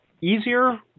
easier